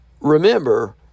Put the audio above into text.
remember